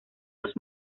los